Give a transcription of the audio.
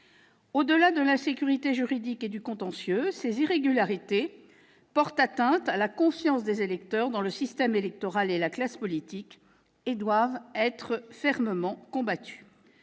Au-delà de l'insécurité juridique et du contentieux, ces irrégularités portent atteinte à la confiance des électeurs dans le système électoral et la classe politique et doivent donc être fermement combattues.